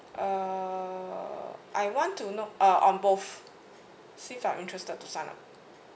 uh I want to know uh on both see if I'm interested to sign up